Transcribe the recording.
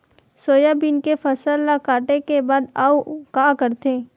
Soybean के फसल ल काटे के बाद आऊ का करथे?